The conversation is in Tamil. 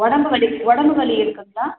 உடம்பு வலி உடம்பு வலி இருக்குதுங்களா